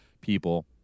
people